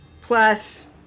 Plus